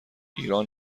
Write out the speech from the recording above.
ایران